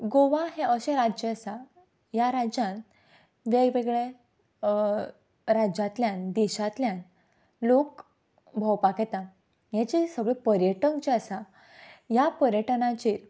गोवा हें अशें राज्य आसा ह्या राज्यांत वेगवेगळे राज्यांतल्यान देशांतल्यान लोक भोंवपाक येतात हें जें सगलें पर्यटक जें आसा ह्या पर्यटनाचेर